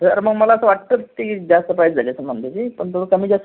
sir म मला असं वाटतं ती जास्त प्राईस झालीय असं म्हणलो मी पण थोडं कमी जास्त